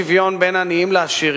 בעזה,